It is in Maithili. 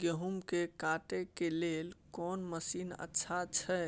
गेहूं के काटे के लेल कोन मसीन अच्छा छै